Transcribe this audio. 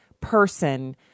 person